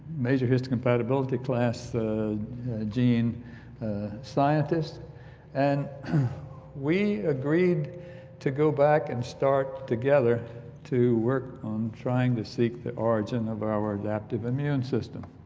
major histocompatibility class gene scientist and we agreed to go back and start together to work on trying to seek the origin of our adaptive immune system,